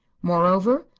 moreover,